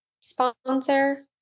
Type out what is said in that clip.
sponsor